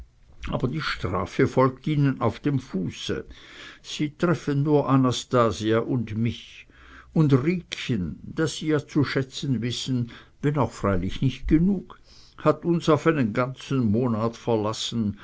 aber die strafe folgt ihnen auf dem fuße sie treffen nur anastasia und mich unser riekchen das sie ja zu schätzen wissen wenn auch freilich nicht genug hat uns auf einen ganzen monat verlassen